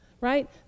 right